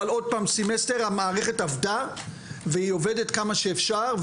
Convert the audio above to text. אבל המערכת עבדה והיא עובדת כמה שאפשר.